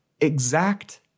exact